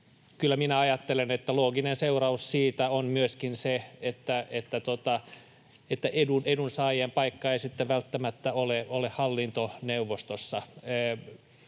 ajattelen, että looginen seuraus siitä on myöskin se, että edunsaajien paikka ei sitten välttämättä ole hallintoneuvostossa.